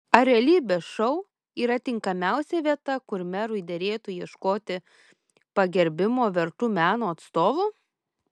ar realybės šou yra tinkamiausia vieta kur merui derėtų ieškoti pagerbimo vertų meno atstovų